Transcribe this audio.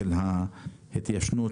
של ההתיישנות